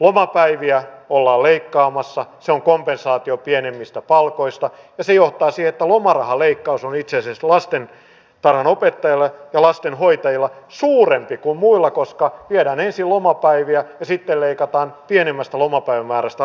lomapäiviä ollaan leikkaamassa se on kompensaatio pienemmistä palkoista ja se johtaa siihen että lomarahaleikkaus on itse asiassa lastentarhanopettajilla ja lastenhoitajilla suurempi kuin muilla koska viedään ensin lomapäiviä ja sitten leikataan pienemmästä lomapäivämäärästä lomaraha